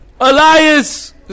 Elias